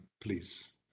please